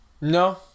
No